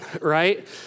right